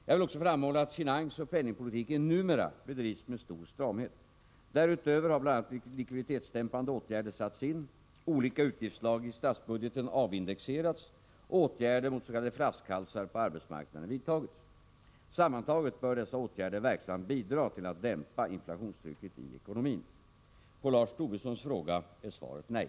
Jag vill också framhålla att finansoch penningpolitiken numera bedrivs med stor stramhet. Därutöver har bl.a. likviditetsdämpande åtgärder satts in, olika utgiftsslag i statsbudgeten avindexerats och åtgärder mot s.k. flaskhalsar på arbetsmarknaden vidtagits. Sammantaget bör dessa åtgärder verksamt bidra till att dämpa inflationstrycket i ekonomin. På Lars Tobissons fråga är svaret nej.